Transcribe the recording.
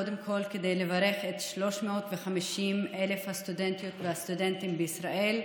קודם כול כדי לברך את 350,000 הסטודנטים והסטודנטיות בישראל,